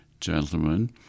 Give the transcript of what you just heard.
gentlemen